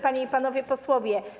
Panie i Panowie Posłowie!